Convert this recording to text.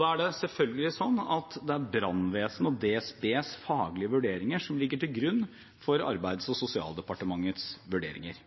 Da er det selvfølgelig slik at det er brannvesenets og DSBs faglige vurderinger som ligger til grunn for Arbeids- og sosialdepartementets vurderinger.